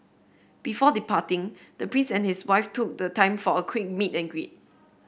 before departing the prince and his wife took the time for a quick meet and greet